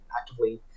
actively